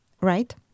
Right